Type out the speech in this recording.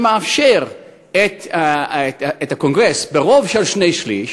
שמאפשר לקונגרס, ברוב של שני-שלישים,